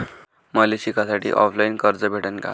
मले शिकासाठी ऑफलाईन कर्ज भेटन का?